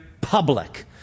public